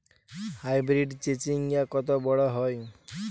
Hybrid চিচিংঙ্গা কত বড় হয়?